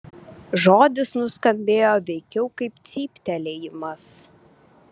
žodis nuskambėjo veikiau kaip cyptelėjimas